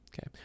Okay